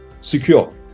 secure